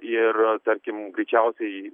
ir tarkim greičiausiai